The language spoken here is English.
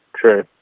True